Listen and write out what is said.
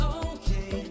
okay